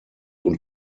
und